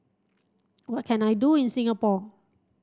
what can I do in Singapore